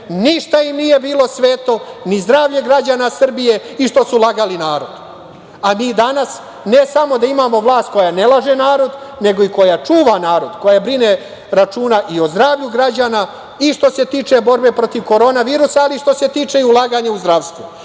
Ništa im nije bilo sveto, ni zdravlje građana Srbije i što su lagali narod. Mi danas ne samo da imamo vlast koja ne laže narod, nego i koja čuva narod, koja vodi računa i o zdravlju građana i što se tiče borbe protiv korona virusa, ali i što se tiče ulaganja u zdravstvo. Da